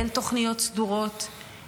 אין תוכניות סדורות,